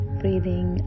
breathing